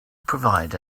provide